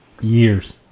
Years